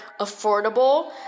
affordable